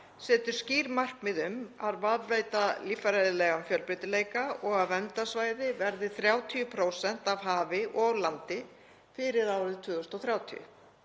setur skýr markmið um að varðveita líffræðilegan fjölbreytileika og að verndarsvæði verði 30% af hafi og landi fyrir árið 2030.